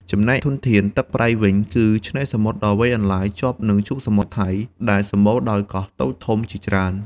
ចំណែកធនធានទឹកប្រៃវិញ គឺឆ្នេរសមុទ្រដ៏វែងអន្លាយជាប់នឹងឈូងសមុទ្រថៃ ដែលសម្បូរដោយកោះតូចធំជាច្រើន។